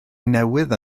newydd